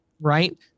right